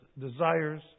desires